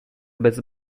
bez